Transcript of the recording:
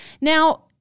Now